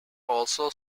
also